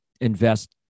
invest